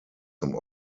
zum